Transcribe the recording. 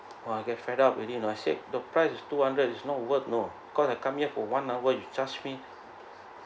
!wah! I get fed up already you know I said the price is two hundred is not worth you know because I come here for one hour you charge me